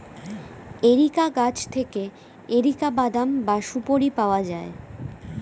areca গাছ থেকে areca বাদাম বা সুপোরি পাওয়া যায়